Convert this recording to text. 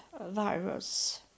virus